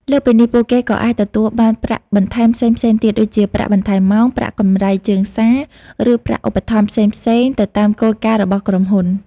លើសពីនេះ ពួកគេក៏អាចទទួលបានប្រាក់បន្ថែមផ្សេងៗទៀត ដូចជាប្រាក់បន្ថែមម៉ោង ប្រាក់កម្រៃជើងសារ ឬប្រាក់ឧបត្ថម្ភផ្សេងៗទៅតាមគោលការណ៍របស់ក្រុមហ៊ុន។